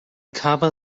cover